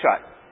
shut